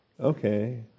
Okay